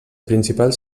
principals